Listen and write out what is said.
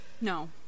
no